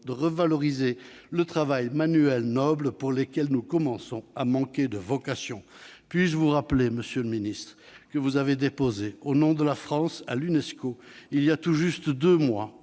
de revaloriser le travail manuel noble, pour lequel nous commençons à manquer de vocations. Puis-je vous rappeler, monsieur le ministre, que vous avez déposé, au nom de la France, à l'Unesco, il y a tout juste deux mois,